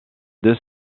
deux